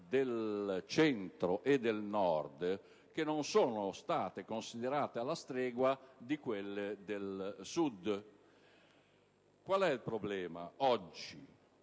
del Centro e del Nord, che non sono state considerate alla stregua di quelle del Sud. Qual è il problema oggi?